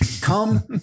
Come